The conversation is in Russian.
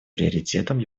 приоритетом